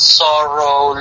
sorrow